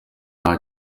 nta